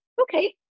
Okay